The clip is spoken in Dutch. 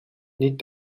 niet